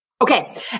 Okay